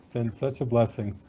and such a blessing.